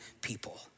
people